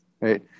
right